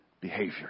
behavior